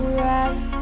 right